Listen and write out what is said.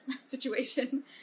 situation